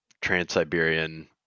Trans-Siberian